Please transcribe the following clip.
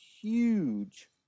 huge